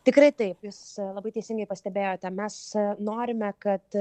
tikrai taip jūs labai teisingai pastebėjote mes norime kad